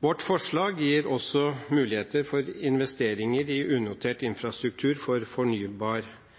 Vårt forslag gir også muligheter for investeringer i unotert infrastruktur for fornybar